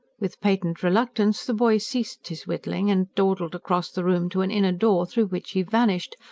with patent reluctance the boy ceased his whittling, and dawdled across the room to an inner door through which he vanished,